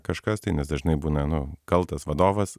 kažkas tai nes dažnai būna nu kaltas vadovas